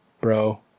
Bro